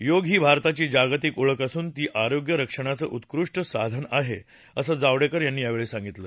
योग ही भारताची जागतिक ओळख असून ते आरोग्य रक्षणाचं उत्कृष्ट साधन आहे असं जावडेकर यांनी यावेळी सांगितलं